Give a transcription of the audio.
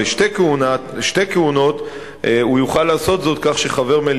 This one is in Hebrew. כיוון שבמהלך כהונתם חברי